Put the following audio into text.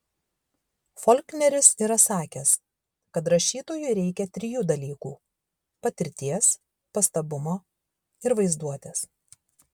folkneris yra sakęs kad rašytojui reikia trijų dalykų patirties pastabumo ir vaizduotės